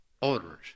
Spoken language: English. Orders